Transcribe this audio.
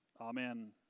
Amen